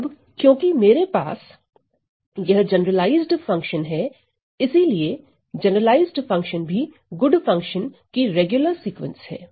अब क्योंकि मेरे पास यह जनरलाइज फंक्शन है इसीलिए जनरलाइज्ड फंक्शन भी गुड फंक्शन की रेगुलर सीक्वेंस है